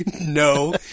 No